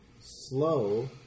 slow